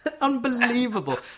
Unbelievable